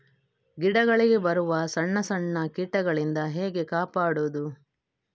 ಗಿಡಗಳಿಗೆ ಬರುವ ಸಣ್ಣ ಸಣ್ಣ ಕೀಟಗಳಿಂದ ಹೇಗೆ ಕಾಪಾಡುವುದು?